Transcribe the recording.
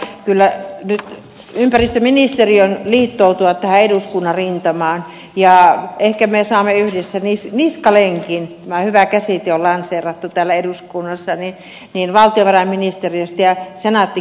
vielä sanon tästä maanvaihtokysymyksestä että on hyvä nyt ympäristöministeriön liittoutua tähän eduskunnan rintamaan ja ehkä me saamme yhdessä niskalenkin tämä hyvä käsite on lanseerattu tällä eduskunnassa valtiovarainministeriöstä ja senaatti kiinteistöistä